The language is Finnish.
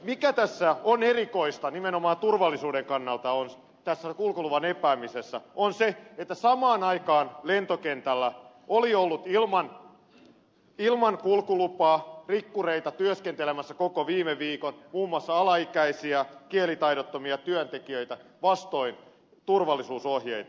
mikä tässä kulkuluvan epäämisessä on erikoista nimenomaan turvallisuuden kannalta on se että samaan aikaan lentokentällä oli ollut ilman kulkulupaa rikkureita työskentelemässä koko viime viikon muun muassa alaikäisiä kielitaidottomia työntekijöitä vastoin turvallisuusohjeita